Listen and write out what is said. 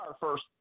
first